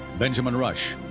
benjamin rush,